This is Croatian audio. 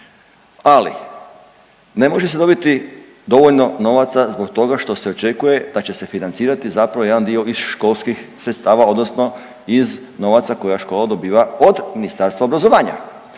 Ali ne može se dobiti dovoljno novaca zbog toga što se očekuje da će se financirati zapravo jedan dio iz školskih sredstava odnosno iz novaca koje škola dobiva od Ministarstva obrazovanja.